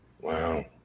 Wow